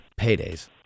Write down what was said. Paydays